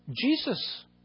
Jesus